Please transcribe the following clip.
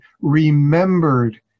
remembered